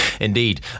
Indeed